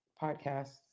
podcasts